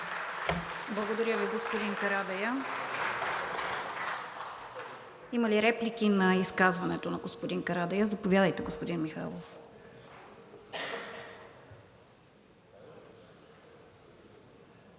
Благодаря Ви, господин Карадайъ. Има ли реплики на изказването на господин Карадайъ? Заповядайте, господин Михайлов.